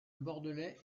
bordelais